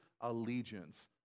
allegiance